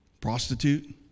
Prostitute